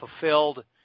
fulfilled